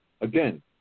Again